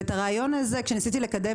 ואת הרעיון הזה כשניסיתי לקדם,